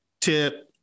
Tip